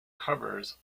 covers